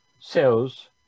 cells